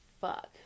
Fuck